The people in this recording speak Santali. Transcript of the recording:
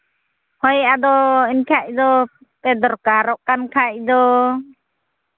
ᱦᱳᱭ ᱟᱫᱚ ᱮᱱᱠᱷᱟᱡ ᱫᱚᱯᱮ ᱫᱚᱨᱠᱟᱨᱚᱜ ᱠᱟᱱᱠᱷᱟᱡ ᱫᱚ